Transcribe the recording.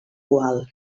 poal